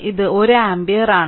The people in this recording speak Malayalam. ഇത് 1 ആമ്പിയർ ആണ്